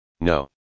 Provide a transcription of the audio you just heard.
No